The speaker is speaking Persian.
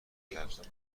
کرد